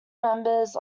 members